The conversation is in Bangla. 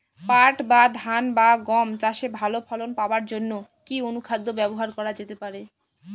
পাট বা ধান বা গম চাষে ভালো ফলন পাবার জন কি অনুখাদ্য ব্যবহার করা যেতে পারে?